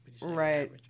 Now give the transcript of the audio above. Right